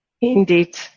Indeed